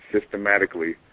systematically